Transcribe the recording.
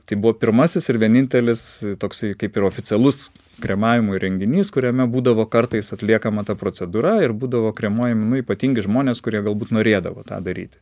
tai buvo pirmasis ir vienintelis toksai kaip ir oficialus kremavimo įrenginys kuriame būdavo kartais atliekama ta procedūra ir būdavo kremuojami nu ypatingi žmonės kurie galbūt norėdavo tą daryti